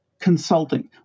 consulting